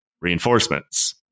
Reinforcements